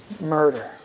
murder